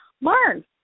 learn